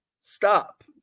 Stop